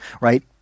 right